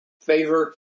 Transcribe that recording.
favor